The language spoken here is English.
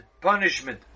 punishment